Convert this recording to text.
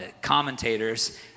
commentators